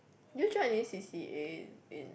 did you join any C_C_A in